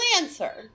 answer